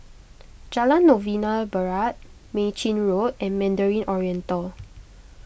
Jalan Novena Barat Mei Chin Road and Mandarin Oriental